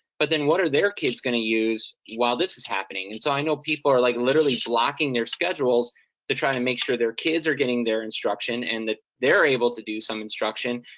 but then what are their kids gonna use, while this is happening? and so i know people are like, literally, blocking their schedules to try and make sure their kids are getting their instruction, and that they're able to do some instruction,